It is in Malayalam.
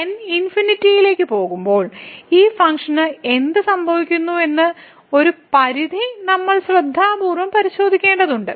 n ലേക്ക് പോകുമ്പോൾ ഈ ഫങ്ക്ഷന് എന്ത് സംഭവിക്കുമെന്ന് ഈ പരിധി നമ്മൾ ശ്രദ്ധാപൂർവ്വം പരിശോധിക്കേണ്ടതുണ്ട്